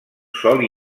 sol